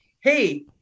hey